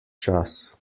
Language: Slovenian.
čas